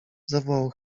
zawołał